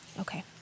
Okay